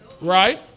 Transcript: right